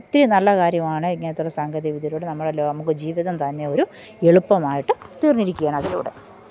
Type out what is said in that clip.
ഒത്തിരി നല്ല കാര്യമാണ് ഇങ്ങനത്തെ ഉള്ള സാങ്കേതികവിദ്യയിലൂടെ നമ്മുടെ ലോകം നമ്മുടെ ജീവിതം തന്നെ ഒരു എളുപ്പമായിട്ട് തീര്ന്നിരിക്കുകയാണ് അതിലൂടെ